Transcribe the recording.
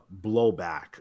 blowback